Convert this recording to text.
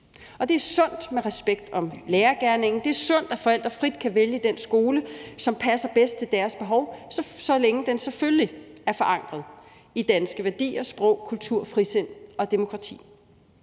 Og det er sundt med respekt om lærergerningen, og det er sundt, at forældre frit kan vælge den skole, som passer bedst til deres behov, så længe den selvfølgelig er forankret i danske værdier, dansk sprog, kultur, frisind og demokrati.